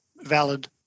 valid